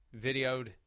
videoed